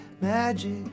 magic